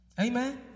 Amen